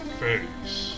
face